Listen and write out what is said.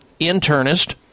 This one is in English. internist